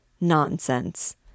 Nonsense